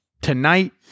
Tonight